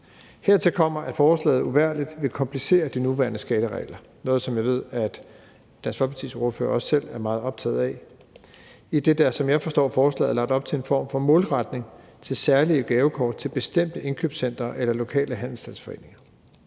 Hertil kommer, at forslaget uvægerligt vil komplicere de nuværende skatteregler – noget, som jeg ved at Dansk Folkeparti ordfører også selv er meget optaget af – idet der, som jeg forstår forslaget, er lagt op til en form for målretning mod særlige gavekort til bestemte indkøbscentre eller lokale handelsstandsforeninger.